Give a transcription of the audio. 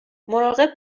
مراقب